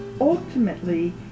ultimately